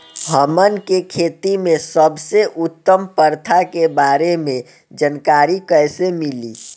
हमन के खेती में सबसे उत्तम प्रथा के बारे में जानकारी कैसे मिली?